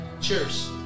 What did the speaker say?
Cheers